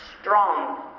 strong